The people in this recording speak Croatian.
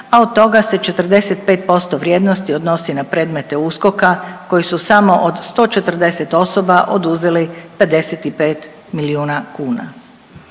a od toga se 45% vrijednosti odnosi na predmete USKOK-a koji su samo od 140 osoba oduzeli 55 milijuna kuna.